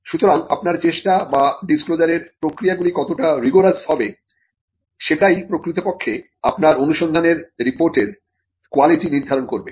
সুতরাং আপনার চেষ্টা বা ডিসক্লোজারের প্রক্রিয়াগুলি কতটা রিগোরাস হবে সেটাই প্রকৃতপক্ষে আপনার অনুসন্ধানের রিপোর্টের কোয়ালিটি নির্ধারণ করবে